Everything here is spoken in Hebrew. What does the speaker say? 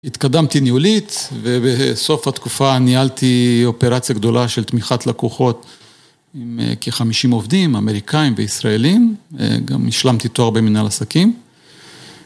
התקדמתי ניהולית ובסוף התקופה ניהלתי אופרציה גדולה של תמיכת לקוחות עם כ-50 עובדים, אמריקאים וישראלים, גם השלמתי תואר במינהל לעסקים.